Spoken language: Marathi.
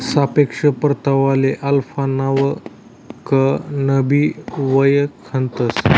सापेक्ष परतावाले अल्फा नावकनबी वयखतंस